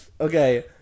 okay